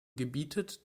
gebietet